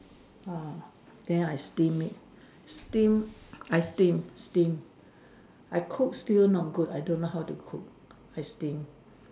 !wah! then I steam it steam I steam steam I cook still not good I don't know how to cook I steam